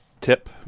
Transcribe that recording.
tip